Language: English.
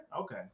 Okay